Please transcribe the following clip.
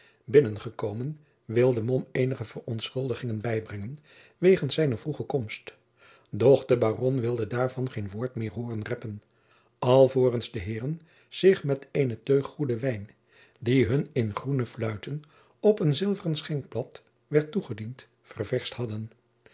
binnen gekomen wilde mom eenige verontschuldigingen bijbrengen wegens zijne vroege komst doch de baron wilde daarvan geen woord meer hooren reppen alvorens de heeren zich met eene teug goeden wijn die hun in groene fluiten jacob van lennep de pleegzoon op een zilveren schenkblad werd toegediend ververscht hadden